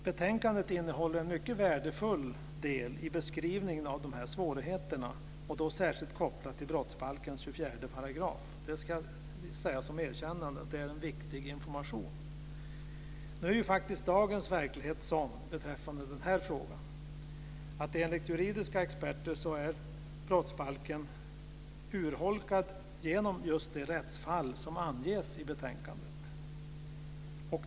Betänkandet innehåller en mycket värdefull del i beskrivningen av dessa svårigheter, då särskilt kopplat till brottsbalkens § 24. Det ska sägas som erkännande att det är en viktig information. Nu är ju dagens verklighet att brottsbalken enligt juridiska experter är urholkad genom just de rättsfall som anges i betänkandet.